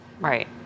Right